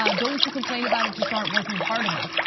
um those who complain about it just aren't working hard enough.